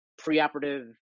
preoperative